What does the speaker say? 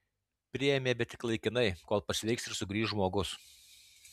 priėmė bet tik laikinai kol pasveiks ir sugrįš žmogus